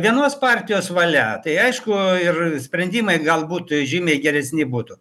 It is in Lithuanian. vienos partijos valia tai aišku ir sprendimai gal būtų žymiai geresni būtų